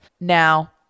Now